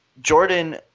Jordan